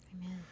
Amen